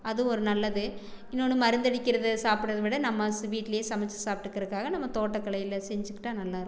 அது ஒரு நல்லது இன்னொன்று மருந்தடிக்கிறது சாப்பிடது விட நம்ம ஸ் வீட்டிலியே சமைச்சி சாப்பிட்டுக்கறக்காக நம்ம தோட்டக் கலையில் செஞ்சுகிட்டா நல்லாயிருக்கும்